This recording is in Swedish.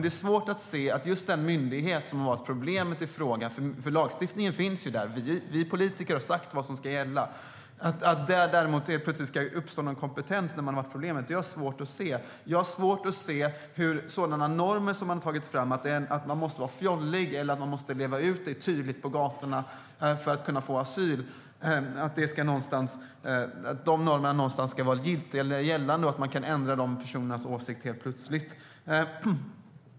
Det är jättebra. Lagstiftningen finns ju där, och vi politiker har sagt vad som ska gälla. Men det är svårt att se att det helt plötsligt ska uppstå någon kompetens i just den myndighet som har problemet. De normer som Migrationsverket har tagit fram är att man måste vara fjollig och leva ut det tydligt på gatorna för att kunna få asyl. Det är svårt att se att dessa normer ska vara giltiga eller gällande och att man kan ändra de personernas åsikt helt plötsligt.